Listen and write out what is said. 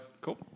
cool